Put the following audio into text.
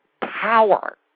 power